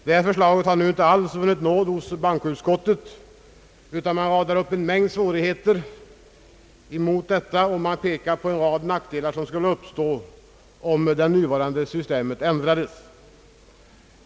Detta förslag har inte alls vunnit nåd hos bankoutskottet, utan man har dragit upp en mängd svårigheter som argument mot det, och man pekar på en rad nackdelar som skulle uppstå om det nuvarande systemet skulle ändras.